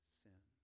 sin